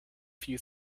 few